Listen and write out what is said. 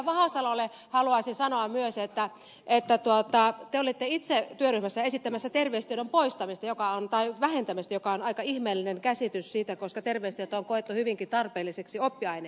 vahasalolle haluaisin sanoa myös että te olette itse työryhmässä esittämässä terveystiedon poistamista tai vähentämistä mikä on aika ihmeellinen käsitys koska terveystieto on koettu hyvinkin tarpeelliseksi oppiaineeksi